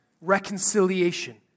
reconciliation